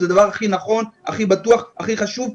זה הדבר הכי נכון, הכי בטוח והכי חשוב.